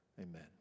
Amen